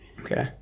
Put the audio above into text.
Okay